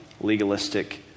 legalistic